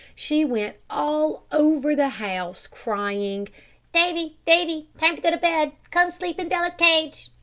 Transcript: she went all over the house, crying davy! davy! time to go to bed. come sleep in bella's cage.